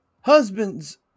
husband's